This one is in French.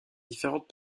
différentes